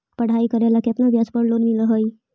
पढाई करेला केतना ब्याज पर लोन मिल हइ?